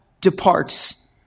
departs